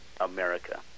America